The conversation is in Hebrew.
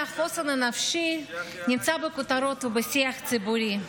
החוסן הנפשי נמצאים בכותרות ובשיח הציבורי,